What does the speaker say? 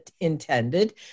intended